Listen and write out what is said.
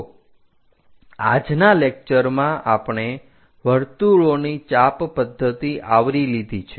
તો આજના લેકચરમાં આપણે વર્તુળોની ચાપ પદ્ધતિ આવરી લીધી છે